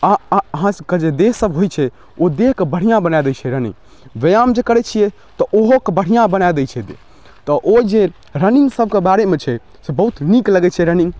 अहाँ अहाँ अहाँ सब कऽ जे देह सब होइछै ओ देह कऽ बढ़ियाँ बनए दै छै रनिंग ब्यायाम जे करै छियै तऽ ओहो कऽ बढ़िया बनए दै छै देह तऽ ओ जे रनिंग सब कऽ बारे मे छै से बहुत नीक लगै छै रनिंग